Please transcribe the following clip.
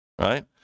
right